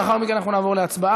לאחר מכן אנחנו נעבור להצבעה.